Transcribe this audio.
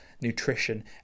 nutrition